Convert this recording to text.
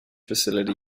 facility